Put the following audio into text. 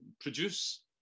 produce